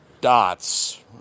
dots